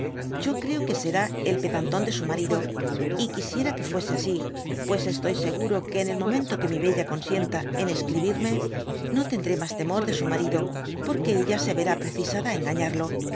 yo creo será el pedanton de su marido y quisiera fuese asi pues estoy seguro que en el momento que mi bella consienta en escribirme no tendré mas temor de su marido porque ella se terá precisada á engañado